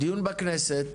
דיון בכנסת,